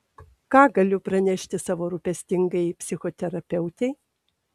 ką galiu pranešti savo rūpestingajai psichoterapeutei